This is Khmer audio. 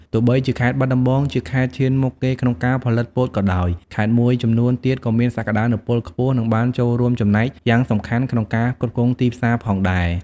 ទោះបីជាខេត្តបាត់ដំបងជាខេត្តឈានមុខគេក្នុងការផលិតពោតក៏ដោយ ខេត្តមួយចំនួនទៀតក៏មានសក្ដានុពលខ្ពស់ និងបានចូលរួមចំណែកយ៉ាងសំខាន់ក្នុងការផ្គត់ផ្គង់ទីផ្សារផងដែរ។